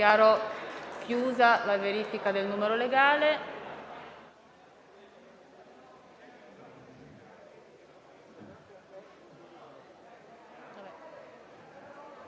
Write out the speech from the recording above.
chiediamo la verifica del numero legale.